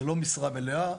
זו לא משרה מלאה,